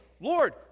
Lord